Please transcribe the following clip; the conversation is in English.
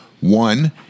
one